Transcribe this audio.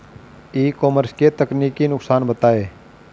ई commerce के तकनीकी नुकसान बताएं?